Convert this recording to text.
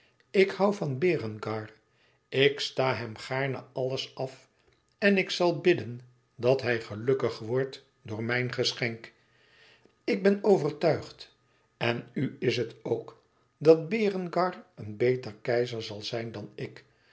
ik hoû van berengar ik sta hem gaarne alles af en ik zal bidden dat hij gelukkig wordt door mijn geschenk ik ben overtuigd en u is het ook dat berengar een beter keizer zal zijn dan ik